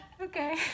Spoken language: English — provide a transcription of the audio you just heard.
okay